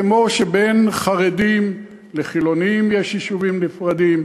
כמו שלחרדים ולחילונים יש יישובים נפרדים.